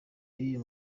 y’uyu